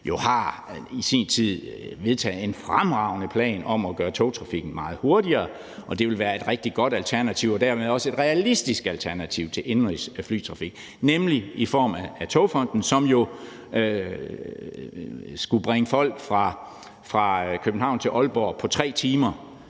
har vedtaget en fremragende plan om at gøre togtrafikken meget hurtigere, og det ville være et rigtig godt alternativ og dermed også et realistisk alternativ til indenrigs- og flytrafik, nemlig i form af fonden Togfonden DK, som jo skulle bringe folk fra København til Aalborg på 3 timer.